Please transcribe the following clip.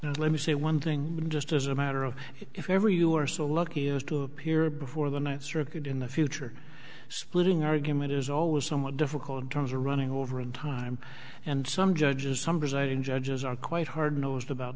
and let me say one thing just as a matter of if ever you are so lucky as to appear before the ninth circuit in the future splitting argument is always somewhat difficult in terms of running over in time and some judges some deciding judges are quite hard nosed about